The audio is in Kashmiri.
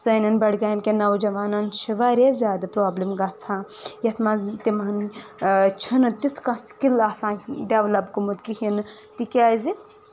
سانیٚن بڈگام کیٚن نوجوانَن چھِ واریاہ زیادٕ برابِلِم گژھان یَتھ منٛز تِمن چھُ نہٕ تیُتھ کانٛہہ سِکِل آسان ڈیٚولَپ گوٚومت کِہنۍ نہٕ تِکیٚازِ